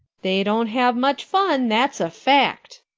they don't have much fun, that's a fact,